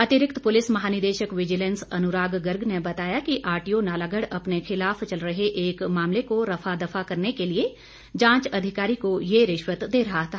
अतिरिक्त पुलिस महानिदेशक विजिलेंस अनुराग गर्ग ने बताया कि आरटीओ नालागढ़ अपने खिलाफ चल रहे एक मामले को रफा दफा करने के लिए जांच अधिकारी को यह रिश्वत दे रहा था